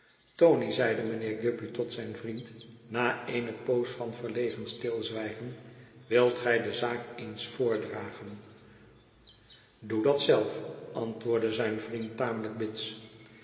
tony zeide mijnheer guppy tot zijn vriend na eene poos van verlegen stilzwijgen wilt gij de zaak eens voordragen doe dat zelf antwoordde zijn vriend tamelijk bits